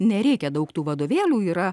nereikia daug tų vadovėlių yra